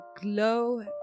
glow